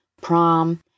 prom